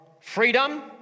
freedom